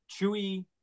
Chewy